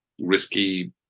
risky